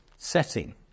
setting